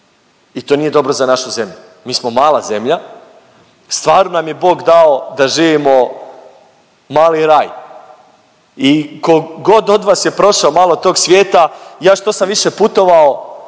i to nije dobro za našu zemlju, mi smo mala zemlja i stvarno nam je Bog dao da živimo mali raj i ko god od vas je prošao malo tog svijeta, ja što sam više putovao,